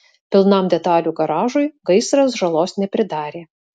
pilnam detalių garažui gaisras žalos nepridarė